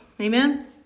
amen